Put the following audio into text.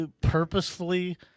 purposefully